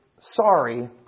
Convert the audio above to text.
sorry